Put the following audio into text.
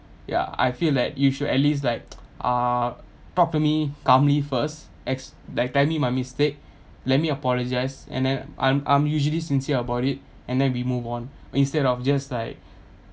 ya I feel like you should at least like uh talk to me calmly first ex~ like tell me my mistake let me apologise and then I'm I'm usually sincere about it and then we move on instead of just like